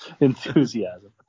Enthusiasm